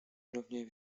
równie